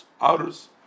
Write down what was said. others